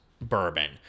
bourbon